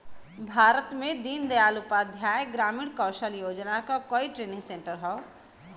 भारत में दीन दयाल उपाध्याय ग्रामीण कौशल योजना क कई ट्रेनिंग सेन्टर हौ